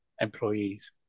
employees